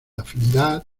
afinidad